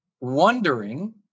wondering